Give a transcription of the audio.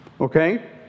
Okay